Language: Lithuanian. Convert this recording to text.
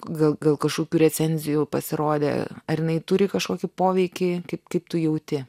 gal gal kažkokių recenzijų pasirodė ar jinai turi kažkokį poveikį kaip kaip tu jauti